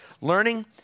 learning